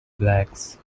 blacks